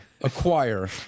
acquire